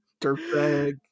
dirtbag